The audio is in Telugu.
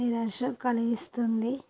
నిరాశ కలిగిస్తుంది